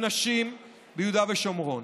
אנשים ביהודה ושומרון.